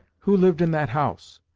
who lived in that house?